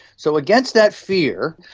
so against that fear,